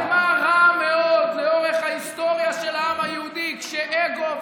זה נגמר רע מאוד לאורך ההיסטוריה של העם היהודי כשאגו,